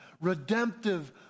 redemptive